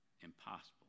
impossible